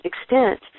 extent